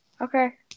Okay